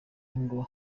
ngo